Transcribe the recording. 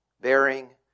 bearing